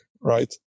Right